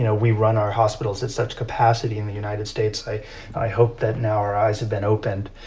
you know we run our hospitals at such capacity in the united states. i i hope that now our eyes have been opened,